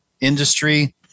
industry